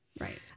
Right